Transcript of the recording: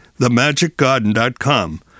themagicgarden.com